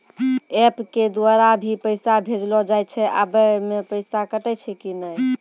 App के द्वारा भी पैसा भेजलो जाय छै आबै मे पैसा कटैय छै कि नैय?